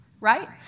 Right